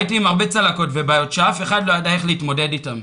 הייתי עם הרבה צלקות שאף אחד לא ידע איך להתמודד איתם,